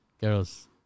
girls